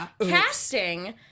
casting